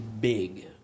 big